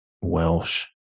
Welsh